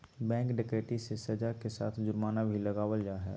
bank डकैती मे सज़ा के साथ जुर्माना भी लगावल जा हय